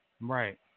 Right